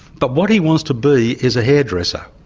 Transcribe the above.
but what he wants to be is a hairdresser.